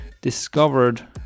discovered